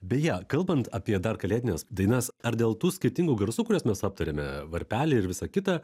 beje kalbant apie dar kalėdines dainas ar dėl tų skirtingų garsų kuriuos mes aptarėme varpeliai ir visa kita